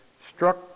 struck